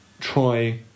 Try